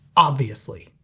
obviously.